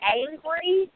angry